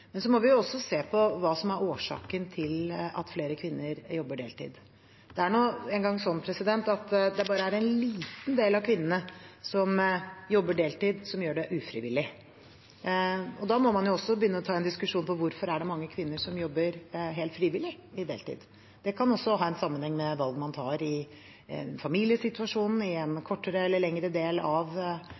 Men vi må også se på hva som er årsaken til at flere kvinner jobber deltid. Det er nå engang sånn at det bare er en liten del av kvinnene som jobber deltid, som gjør det ufrivillig. Da må man også ta en diskusjon på hvorfor det er mange kvinner som helt frivillig jobber deltid. Det kan også ha sammenheng med valg man tar på grunn av familiesituasjonen, gjennom kortere eller lengre